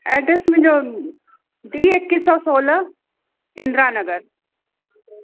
address मुंहिंजो D इक्किस सौ सोलह इंद्रा नगर